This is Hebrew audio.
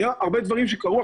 היו הרבה דברים שקרו,